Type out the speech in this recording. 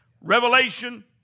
Revelation